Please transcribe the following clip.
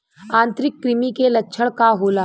आंतरिक कृमि के लक्षण का होला?